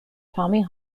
tommy